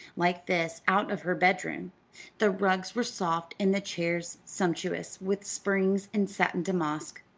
like this, out of her bedroom the rugs were soft and the chairs sumptuous with springs and satin damask.